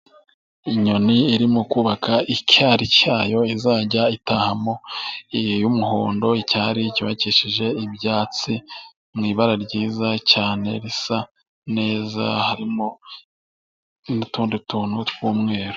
Inyoni irimo kubaka icyari cyayo izajya itahamo y'umuhondo. Icyari cyubakisheje ibyatsi mu ibara ryiza cyane risa neza harimo n'utundi tuntu tw'umweru.